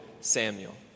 Samuel